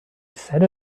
set